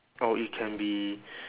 or it can be